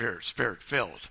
spirit-filled